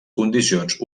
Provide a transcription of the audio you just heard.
condicions